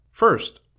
First